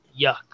Yuck